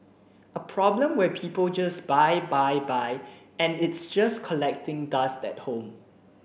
a problem where people just buy buy buy and it's just collecting dust at home